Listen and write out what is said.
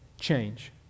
change